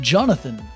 Jonathan